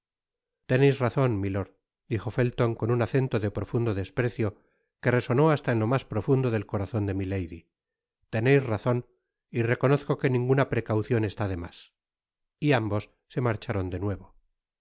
teneis razon milord dijo felton con un acento de profundo desprecio que resonó hasta en lo mas profundo del corazon de milady teneis razon y reconozco que ninguna precaucion está demás y ambos se marcharon de nuevo